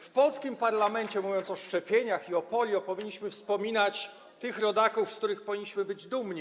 W polskim parlamencie, mówiąc o szczepieniach i o polio, powinniśmy wspominać tych rodaków, z których powinniśmy być dumni.